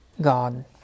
God